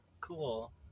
Cool